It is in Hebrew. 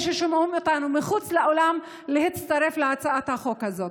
ששומעים אותנו מחוץ לאולם להצטרף להצעת החוק הזאת.